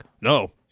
no